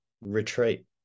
retreat